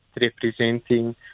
representing